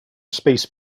space